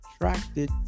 attracted